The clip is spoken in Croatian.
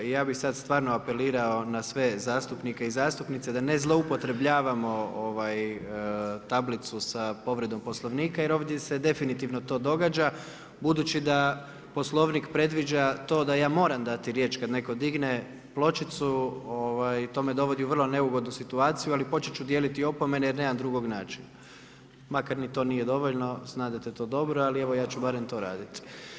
I ja bih sada stvarno apelirao na sve zastupnike i zastupnice da ne zloupotrjebljavamo tablicu sa povredom Poslovnika jer ovdje se definitivno to događa budući da Poslovnik predviđa to da ja moram dati riječ kada netko digne pločicu, to me dovodi u vrlo neugodnu situaciju ali početi ću dijeliti opomene jer nemam drugog načina, makar ni to nije dovoljno, znate to dobro, ali evo ja ću barem to raditi.